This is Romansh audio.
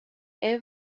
era